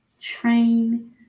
train